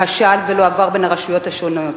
כשל ולא עבר בין הרשויות השונות.